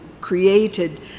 created